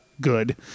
good